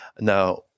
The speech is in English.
now